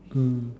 mm